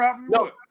No